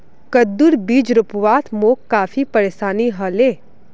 कद्दूर बीज रोपवात मोक काफी परेशानी ह ले